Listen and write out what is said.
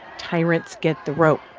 tyrants get the rope.